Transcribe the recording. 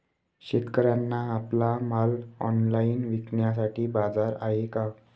शेतकऱ्यांना आपला माल ऑनलाइन विकण्यासाठी बाजार आहे का?